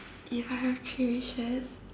if I have three wishes